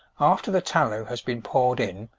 after the tallow has been poured in,